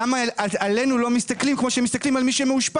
למה עלינו לא מסתכלים כמו שמסתכלים על מי שמאושפז?